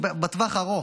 בטווח הארוך,